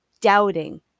doubting